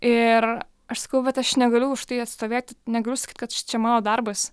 ir aš sakau vat aš negaliu už tai atstovėti negaliu sakyt kad čia mano darbas